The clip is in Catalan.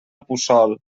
puçol